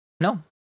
No